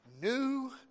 new